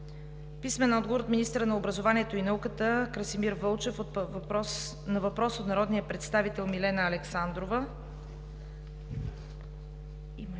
Цанков; - министъра на образованието и науката Красимир Вълчев на въпрос от народния представител Миглена Александрова;